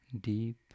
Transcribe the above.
Deep